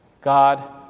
God